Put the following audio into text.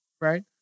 Right